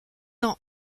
ans